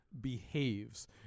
behaves